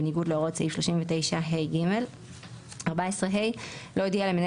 בניגוד להוראות סעיף 39ה(ג); (14ה) לא הודיע למנהל